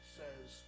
says